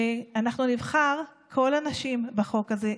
שאנחנו נבחר כל הנשים בחוק הזה.